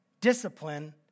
discipline